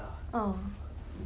mm